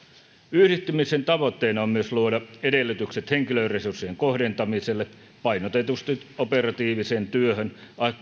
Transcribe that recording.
yhdistymisen tavoitteena on myös luoda edellytykset henkilöresurssien kohdentamiselle painotetusti operatiiviseen työhön